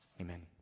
Amen